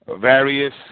various